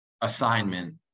assignment